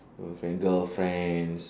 girlfrien~ girlfriends